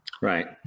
Right